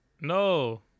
No